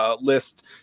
list